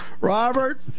Robert